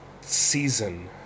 season